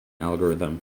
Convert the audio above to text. algorithm